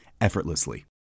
effortlessly